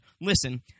Listen